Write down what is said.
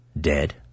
dead